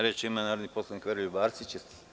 Reč ima narodni poslanik Veroljub Arsić.